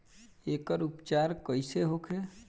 एकर उपचार कईसे होखे?